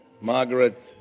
Margaret